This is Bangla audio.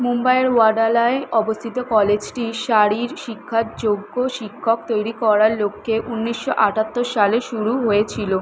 মুম্বাইয়ের ওয়াডালায় অবস্থিত কলেজটি শারীরশিক্ষার যোগ্য শিক্ষক তৈরি করার লক্ষ্যে ঊনিশশো আটাত্তর সালে শুরু হয়েছিল